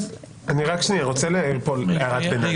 אני רוצה להעיר הערת ביניים.